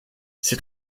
ses